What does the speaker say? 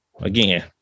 again